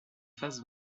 face